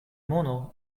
mono